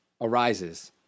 arises